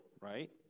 right